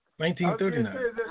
1939